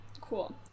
cool